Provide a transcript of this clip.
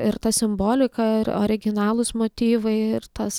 ir ta simbolika ir originalūs motyvai ir tas